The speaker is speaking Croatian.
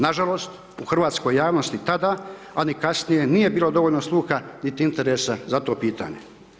Nažalost u hrvatskoj javnosti, i tada, a ni kasnije nije bilo dovoljno sluha niti interesa za to pitanje.